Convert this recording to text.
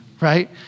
right